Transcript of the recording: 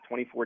24